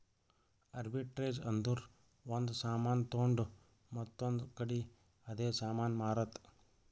arbitrage ಅಂದುರ್ ಒಂದ್ ಸಾಮಾನ್ ತೊಂಡು ಮತ್ತೊಂದ್ ಕಡಿ ಅದೇ ಸಾಮಾನ್ ಮಾರಾದ್